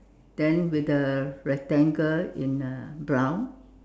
then with the rectangle in uh brown